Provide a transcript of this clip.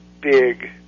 big